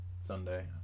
sunday